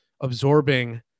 absorbing